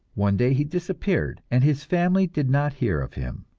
one day he disappeared, and his family did not hear of him.